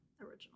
original